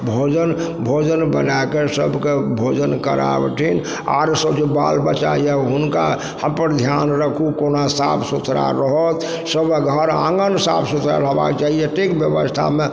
भोजन भोजन बनाके सबके भोजन कराबथिन आर सब जे बाल बच्चा यऽ हुनका अपन ध्यान राखु कोना साफ सुथरा रहत सब घर आँगन साफ सुथरा रहबाके चाही अत्तेक व्यवस्थामे